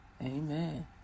Amen